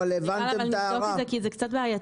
נבדוק את זה כי זה קצת בעייתי.